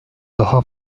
daha